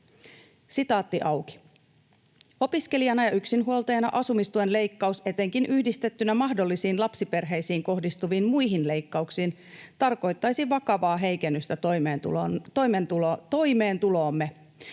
vuonna 2025.” ”Opiskelijana ja yksinhuoltajana asumistuen leikkaus — etenkin yhdistettynä mahdollisiin lapsiperheisiin kohdistuviin muihin leikkauksiin — tarkoittaisi vakavaa heikennystä toimeentuloomme.